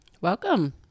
Welcome